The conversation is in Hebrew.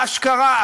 אשכרה,